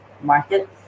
market